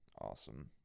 awesome